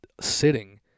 sitting